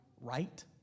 right